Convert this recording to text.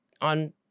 on